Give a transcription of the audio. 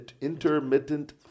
intermittent